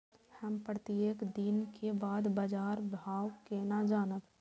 हम प्रत्येक दिन के बाद बाजार भाव केना जानब?